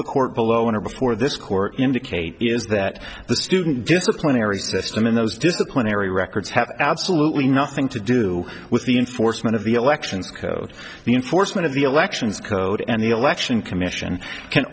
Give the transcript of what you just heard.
the court below in or before this court indicate is that the student disciplinary system in those disciplinary records have absolutely nothing to do with the enforcement of the elections code the enforcement of the elections code and the election commission can